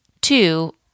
Two